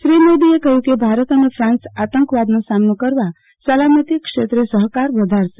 શ્રી મોદીએ કહ્યું કે ભારત અને ફાન્સ આતંકવાદનો સામનો કરવા સલામતી ક્ષેત્રે સહકાર વધારશે